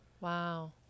Wow